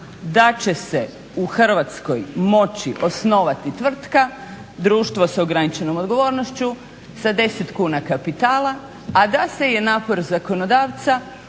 da će se u Hrvatskoj moći osnovati tvrtka, društvo s ograničenom odgovornošću sa 10 kuna kapitala, a da se napor zakonodavca